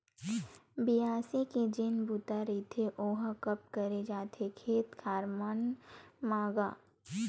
बियासी के जेन बूता रहिथे ओहा कब करे जाथे खेत खार मन म गा?